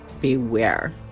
beware